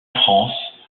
france